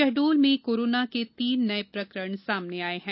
शहडोल में कोरोना के तीन नये प्रकरण सामने आये हैं